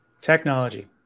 technology